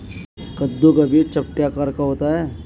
कद्दू का बीज चपटे आकार का होता है